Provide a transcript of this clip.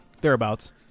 Thereabouts